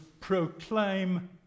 proclaim